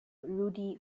rudy